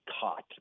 caught